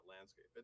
landscape